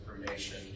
information